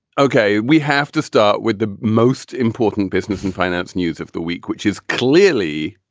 ok. we have to start with the most important business and finance news of the week, which is clearly,